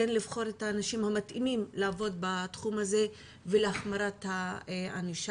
כן לבחור את האנשים המתאימים לעבוד בתחום הזה ולהחמרת הענישה.